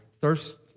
thirst